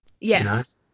Yes